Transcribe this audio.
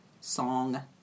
song